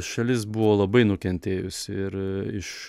šalis buvo labai nukentėjusi ir iš